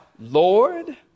Lord